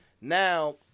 now